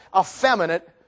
effeminate